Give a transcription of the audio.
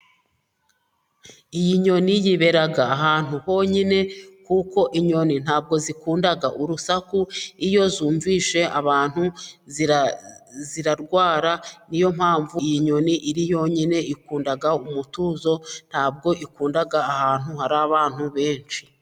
Iyi nyoni yibera ahantu honyine, kuko inyoni ntabwo zikunda urusaku, iyo zumvise abantu zirarwara, ni yo mpamvu iyi nyoni iri yonyine ikunda umutuzo ntabwo ikunda ahantu hari abantu benshi.